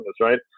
right